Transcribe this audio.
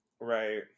right